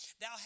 Thou